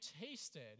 tasted